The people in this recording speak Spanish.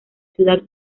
ciudad